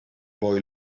boy